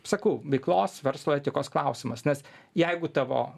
sakau veiklos verslo etikos klausimas nes jeigu tavo